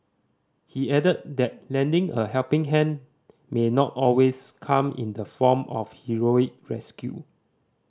he added that lending a helping hand may not always come in the form of a heroic rescue